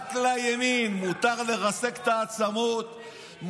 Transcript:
רק לימין מותר לרסק את העצמות,